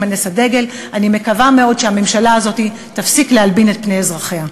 אני מקווה מאוד שהממשלה הזאת תפסיק להלבין את פני אזרחיה.